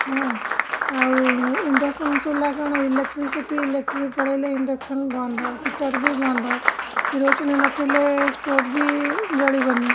ହଁ ଆଉ ଇଣ୍ଡକ୍ସନ୍ ଚୁଲା କ'ଣ ଇଲେକ୍ଟ୍ରିସିଟି ଇଲେକ୍ଟ୍ରିକ୍ ପଳାଇଲେ ଇଣ୍ଡକ୍ସନ୍ ବନ୍ଦ ହିଟର୍ ବି ବନ୍ଦ କିରୋସିନି ନଥିଲେ ଷ୍ଟୋଭ୍ ବି ଜଳିବନି